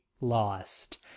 lost